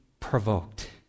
Provoked